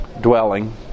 dwelling